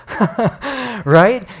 right